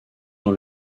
dans